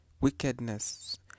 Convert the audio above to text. wickedness